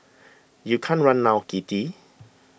you can't run now kitty